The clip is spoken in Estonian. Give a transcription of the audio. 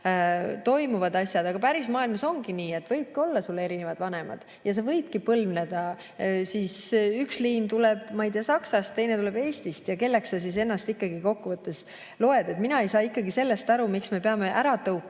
toimuvad, siis päris maailmas ongi nii, et sul võivadki olla erinevad vanemad ja sa võidki põlvneda nii, et üks liin tuleb, ma ei tea, Saksamaalt, teine tuleb Eestist. Kelleks sa siis ennast ikkagi kokkuvõttes loed? Mina ei saa ikkagi sellest aru, miks me peame neid